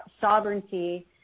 sovereignty